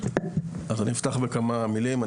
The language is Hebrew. אז אני אפתח בכמה מילים.